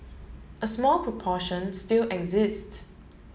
a small proportion still exists